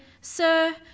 sir